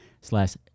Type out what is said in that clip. slash